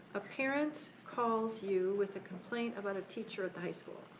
a parent calls you with a complaint about a teacher at the high school.